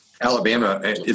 Alabama